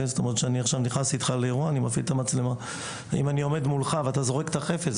אם אני עומד מולך ואתה זורק את החפץ,